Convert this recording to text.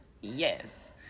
Yes